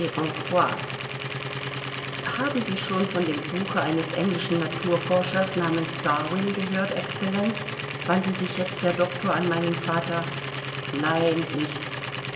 haben sie schon von dem buche eines englischen naturforschers namens darwin gehört exzellenz wandte sich jetzt der doktor an meinen vater nein nichts